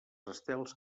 estels